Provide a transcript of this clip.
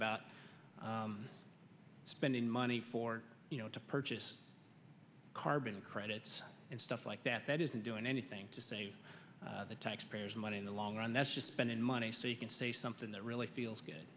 about spending money for you know to purchase carbon credits and stuff like that that isn't doing anything to save the taxpayers money in the long run that's just spending money so you can say something that really feels good